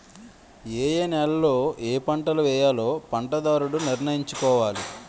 ఏయే నేలలలో ఏపంటలను వేయాలో పంటదారుడు నిర్ణయించుకోవాలి